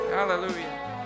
Hallelujah